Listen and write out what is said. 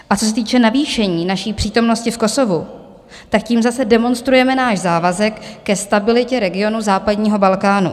A co se týče navýšení naší přítomnosti v Kosovu, tak tím zase demonstrujeme náš závazek ke stabilitě regionu západního Balkánu.